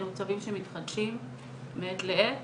אלו צווים שמתחדשים מעת לעת